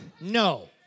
No